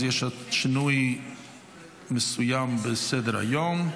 אז יש שינוי מסוים בסדר-היום.